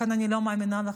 לכן אני לא מאמינה לכם,